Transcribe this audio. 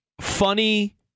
Funny